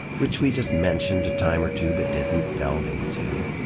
which we just mentioned a time or two but didn't delve into.